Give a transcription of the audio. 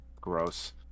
gross